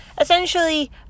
essentially